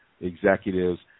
executives